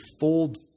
fold